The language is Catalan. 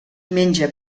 menja